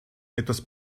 etwas